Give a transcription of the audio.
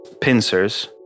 pincers